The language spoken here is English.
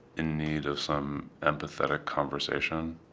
in need of some empathetic conversation.